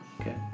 okay